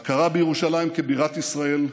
ההכרה בירושלים כבירת ישראל,